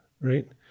right